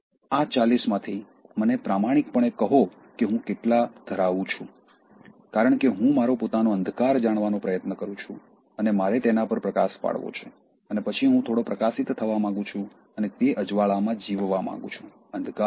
આ ૪૦ માંથી મને પ્રામાણિકપણે કહો કે હું કેટલા ધરાવું છે કારણ કે હું મારો પોતાનો અંધકાર જાણવાનો પ્રયત્ન કરું છું અને મારે તેના પર પ્રકાશ પાડવો છે અને પછી હું થોડો પ્રકાશિત થવા માંગું છું અને તે અજવાળામાં જીવવા માંગુ છું અંધકારમાં નહીં